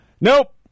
Nope